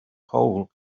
hole